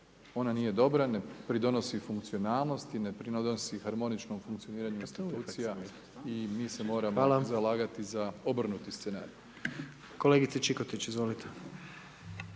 ona nije dobra, ne pridonosi funkcionalnosti, ne pridonosi harmoničnom funkcioniranju institucija i mi se moramo zalagati za obrnuti scenarij. **Jandroković, Gordan